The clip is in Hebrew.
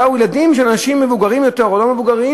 ילדים של אנשים מבוגרים יותר או לא מבוגרים,